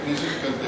חברת הכנסת קלדרון,